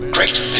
Great